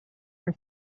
for